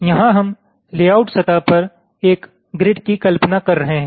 तो यहाँ हम लेआउट सतह पर एक ग्रिडकी कल्पना कर रहे हैं